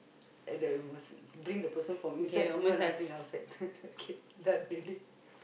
at the must bring the person from inside do one ah bring outside okay done already